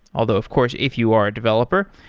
although of course if you are a developer,